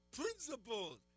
principles